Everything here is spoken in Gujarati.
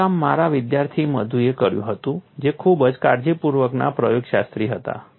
આ કામ મારા વિદ્યાર્થી મધુએ કર્યું હતું જે ખૂબ જ કાળજીપૂર્વકના પ્રયોગશાસ્ત્રી હતા